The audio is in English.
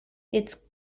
its